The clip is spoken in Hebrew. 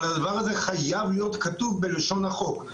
אבל הדבר הזה חייב להיות כתוב בלשון החוק.